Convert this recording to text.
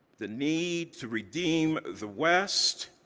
the need to redeem the west,